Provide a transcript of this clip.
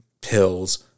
pills